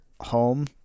home